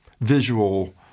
visual